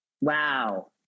wow